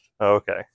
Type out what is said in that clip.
Okay